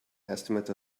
estimate